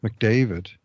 McDavid